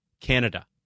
Canada